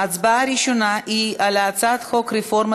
ההצבעה הראשונה היא על הצעת חוק רפורמה